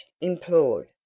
implored